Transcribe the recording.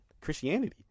Christianity